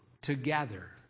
together